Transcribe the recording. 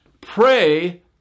pray